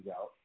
out